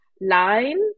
line